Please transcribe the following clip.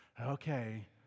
okay